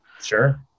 sure